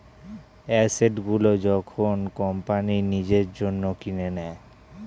asset গুলো যখন company নিজের জন্য কিনে নেয়